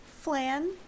flan